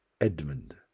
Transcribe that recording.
Edmund